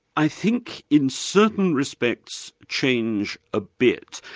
i think in certain respects change a bit,